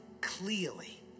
clearly